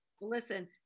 Listen